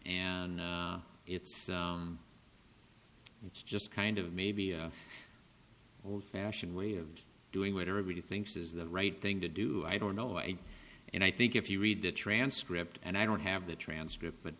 and it's it's just kind of maybe a fashion way of doing what everybody thinks is the right thing to do i don't know why and i think if you read the transcript and i don't have the transcript but